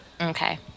Okay